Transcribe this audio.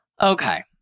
okay